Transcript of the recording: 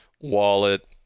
wallet